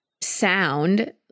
sound